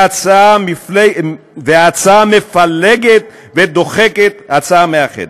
וההצעה מפלגת ודוחקת הצעה מאחדת.